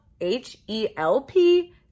h-e-l-p